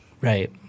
Right